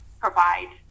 provide